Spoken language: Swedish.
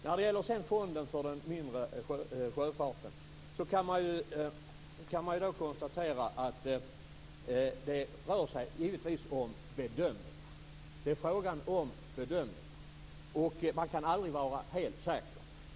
När det gäller Fonden för den mindre sjöfarten kan man konstatera att det givetvis rör sig om bedömningar. Man kan aldrig vara helt säker.